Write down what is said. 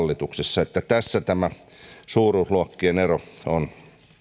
hallituksessa tässä tämä suuruusluokkien ero on